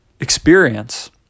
experience